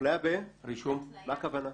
מה הכוונה?